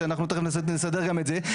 שאנחנו תכף נסדר גם את זה .